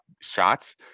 shots